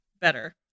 better